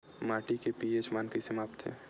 माटी के पी.एच मान कइसे मापथे?